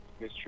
Mr